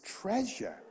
treasure